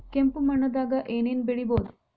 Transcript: ಕೆಂಪು ಮಣ್ಣದಾಗ ಏನ್ ಏನ್ ಬೆಳಿಬೊದು?